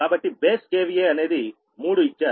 కాబట్టి base KVA అనేది 3 ఇచ్చారు